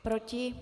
Proti?